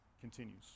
continues